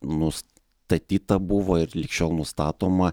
nustatyta buvo ir lig šiol nustatoma